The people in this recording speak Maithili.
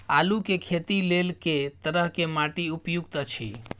आलू के खेती लेल के तरह के माटी उपयुक्त अछि?